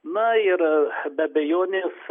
na ir be abejonės